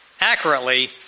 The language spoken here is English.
accurately